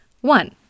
One